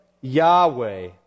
Yahweh